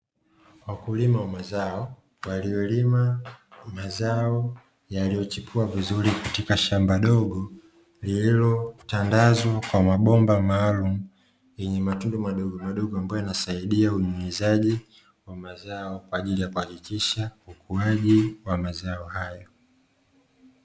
Wakulima wa mazao waliolima mazao yaliyochipua vizuri katika shamba dogo lililotandazwa kwa mabomba maalumu yenye matundu madogomadogo, ambayo yanasaidia katika unyunyiziaji wa mazao kwa ajili ya kuhakikisha ukuaji wa mazao hayo.